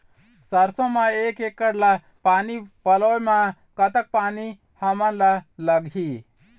सरसों म एक एकड़ ला पानी पलोए म कतक पानी हमन ला लगही?